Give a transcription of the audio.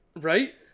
Right